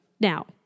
Now